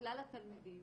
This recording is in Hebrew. לכלל התלמידים,